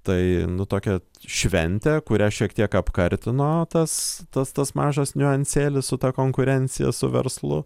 tai nu tokia šventė kurią šiek tiek apkartino tas tas tas mažas niuansėlis su ta konkurencija su verslu